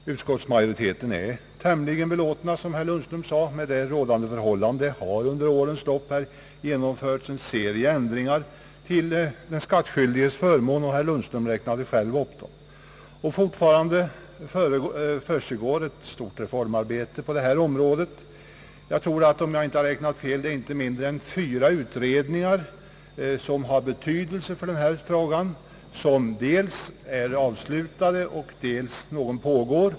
Utskottsmajoriteten är, som herr Lundström sade, tämligen belåten med rådande förhållanden. Det har under årens lopp genomförts en serie ändringar till den skattskyldiges förmån — herr Lundström räknade själv upp dem — och fortfarande försiggår ett stort reformarbete på detta område. Om jag inte har räknat fel är det inte mindre än fyra utredningar, som har betydelse för den här frågan, vilka antingen är avslutade eller pågår.